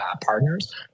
partners